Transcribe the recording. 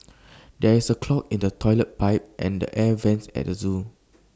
there is A clog in the Toilet Pipe and the air Vents at the Zoo